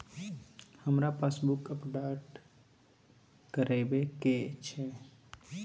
हमरा passbook update करैबे के अएछ?